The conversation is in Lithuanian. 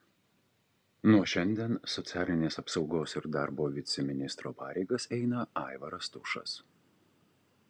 nuo šiandien socialinės apsaugos ir darbo viceministro pareigas eina aivaras tušas